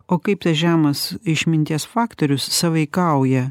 o kaip tas žemas išminties faktorius sąveikauja